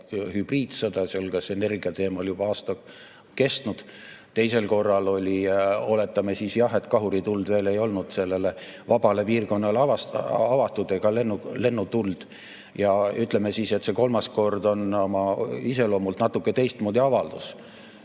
hübriidsõda, sealhulgas energia teemal juba aasta kestnud, teisel korral oli, oletame, et jah, kahurituld veel ei olnud sellele vabale piirkonnale avatud ega lennutuld, ja ütleme siis, et see kolmas kord on oma iseloomult natuke teistmoodi avaldus.